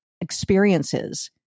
experiences